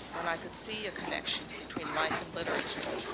when i could see a connection between life and literature,